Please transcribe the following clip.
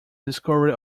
discovery